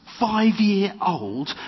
five-year-old